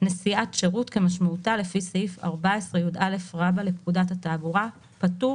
"נסיעת שירות" כמשמעותה לפי סעיף 14יא לפקודת התעבורה פטור